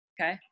Okay